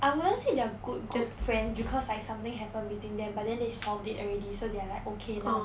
I wouldn't say they are good good friends because like something happen between them but then they solved it already so they are like okay now